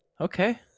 Okay